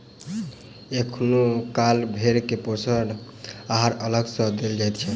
कखनो काल भेंड़ के पोषण आहार अलग सॅ देल जाइत छै